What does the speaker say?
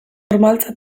normaltzat